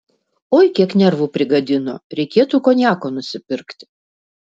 oi kiek nervų prigadino reikėtų konjako nusipirkti